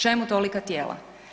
Čemu tolika tijela?